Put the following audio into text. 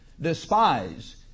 despise